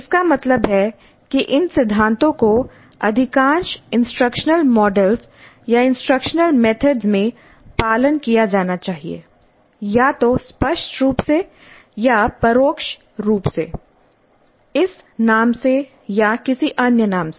इसका मतलब है कि इन सिद्धांतों को अधिकांश इंस्ट्रक्शनल मॉडल या इंस्ट्रक्शनल मेथड में पालन किया जाना चाहिए या तो स्पष्ट रूप से या परोक्ष रूप से इस नाम से या किसी अन्य नाम से